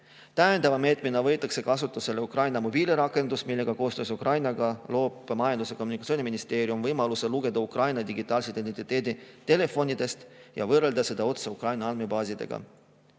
Täiendava meetmena võetakse kasutusele Ukraina mobiilirakendus, millega koostöös Ukrainaga loob Majandus- ja Kommunikatsiooniministeerium võimaluse lugeda Ukraina digitaalset identiteeti telefonidest ja võrrelda seda otse Ukraina andmebaasidega.